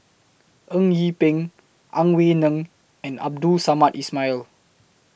Eng Yee Peng Ang Wei Neng and Abdul Samad Ismail